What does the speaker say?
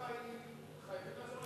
חיפה היא, חייבים לעזור לחיפה.